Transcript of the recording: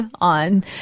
on